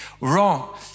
wrong